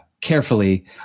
carefully